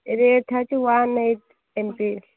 ଏବେ thirty one eight MP